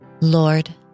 Lord